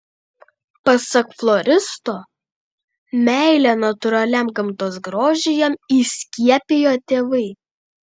pasak floristo meilę natūraliam gamtos grožiui jam įskiepijo tėvai